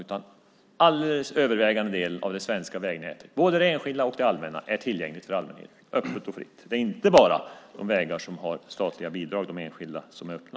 Den helt övervägande delen av det svenska vägnätet, både det enskilda och det allmänna, är tillgängligt för allmänheten, öppet och fritt. Det är alltså inte bara de enskilda vägar för vilka det finns statliga bidrag som är öppna.